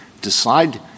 decide